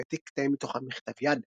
ואף העתיק קטעים מתוכם בכתב יד.